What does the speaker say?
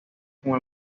con